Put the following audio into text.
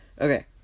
Okay